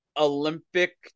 olympic